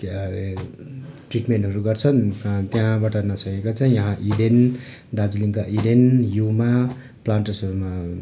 के अरे ट्रिटमेनहरू गर्छन् र त्यहाँबाट नसकेको चाहिँ यहाँ इडेन दार्जिलिङका इडेन युमा प्लान्टर्सहरूमा